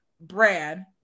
Brad